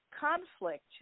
conflict